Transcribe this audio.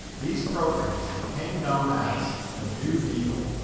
these programs became known as the new deal.